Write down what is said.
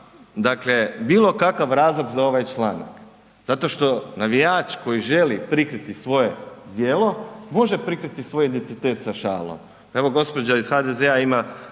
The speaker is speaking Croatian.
rukava bilo kakav razlog za ovaj članak. Zato što navijač koji želi prikriti svoje djelo, može prikriti svoj identitet sa šalom. Evo gospođa iz HDZ-a ima